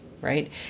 right